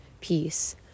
peace